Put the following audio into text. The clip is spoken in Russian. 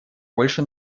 больше